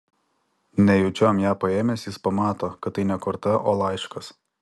nejučiom ją paėmęs jis pamato kad tai ne korta o laiškas